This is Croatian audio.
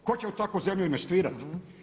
Tko će u takvu zemlju investirati?